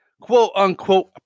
quote-unquote